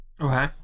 Okay